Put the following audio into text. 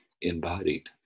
embodied